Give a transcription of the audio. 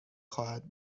خواهد